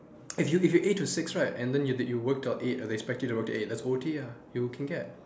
if you if you eight to six right and then if you work til eight or then they expect you to work til eight that's O_T ah you can get